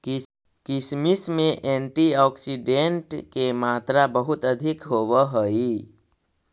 किशमिश में एंटीऑक्सीडेंट के मात्रा बहुत अधिक होवऽ हइ